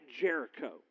Jericho